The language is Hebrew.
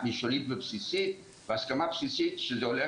מנכ"ל ובשלב השני חקיקה אבל אם זה לימודי תעודה?